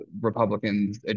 Republicans